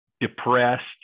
Depressed